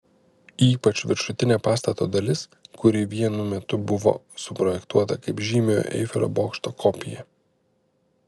ypač viršutinė pastato dalis kuri vienu metu buvo suprojektuota kaip žymiojo eifelio bokšto kopija